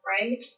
right